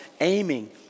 aiming